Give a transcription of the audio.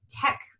tech